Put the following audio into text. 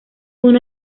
uno